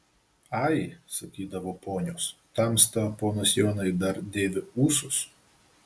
ai sakydavo ponios tamsta ponas jonai dar dėvi ūsus